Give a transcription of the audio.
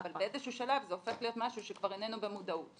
אבל באיזשהו שלב זה הופך להיות משהו שכבר איננו במודעות.